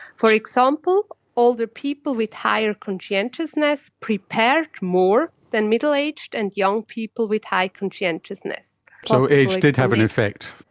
for example, older people with higher conscientiousness prepared more than middle-aged and young people with high conscientiousness. so age did have an effect.